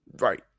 Right